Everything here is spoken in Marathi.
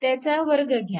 त्याचा वर्ग घ्या